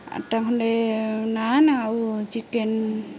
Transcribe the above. ଆଠଟା ଖଣ୍ଡେ ନାନ୍ ଆଉ ଚିକେନ